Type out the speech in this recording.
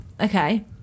Okay